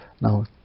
Now